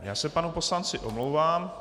Já se panu poslanci omlouvám.